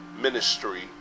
ministry